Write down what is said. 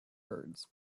birds